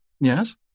Yes